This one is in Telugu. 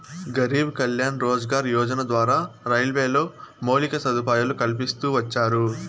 గరీబ్ కళ్యాణ్ రోజ్గార్ యోజన ద్వారా రైల్వేలో మౌలిక సదుపాయాలు కల్పిస్తూ వచ్చారు